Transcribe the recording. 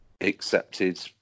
accepted